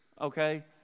okay